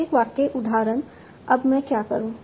प्रत्येक वाक्य उदाहरण अब मैं क्या करूँ